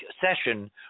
session